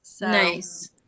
Nice